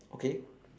okay